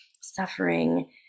suffering